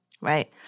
right